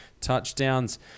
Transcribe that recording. touchdowns